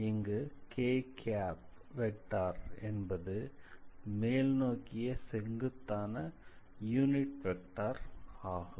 இங்கு k vector என்பது மேல்நோக்கிய செங்குத்தான யூனிட் வெக்டார் ஆகும்